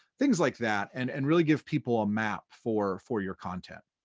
things like that, and and really give people a map for for your content.